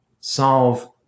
solve